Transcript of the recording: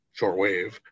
shortwave